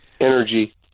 Energy